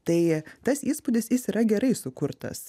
tai tas įspūdis jis yra gerai sukurtas